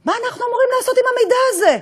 מה אנחנו אמורים לעשות עם המידע הזה?